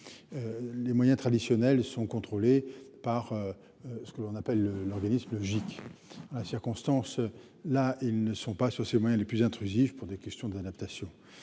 Les moyens traditionnels sont contrôlés par. Ce qu'on appelle le l'organisme logique à circonstance là, ils ne sont pas sur ses moyens les plus intrusif pour des questions d'adaptation.